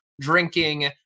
drinking